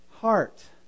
heart